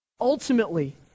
Ultimately